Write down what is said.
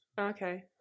Okay